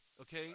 Okay